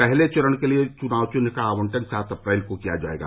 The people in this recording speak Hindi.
पहले चरण के लिए चुनाव चिन्ह का आवंटन सात अप्रैल को किया जायेगा